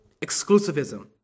exclusivism